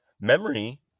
memory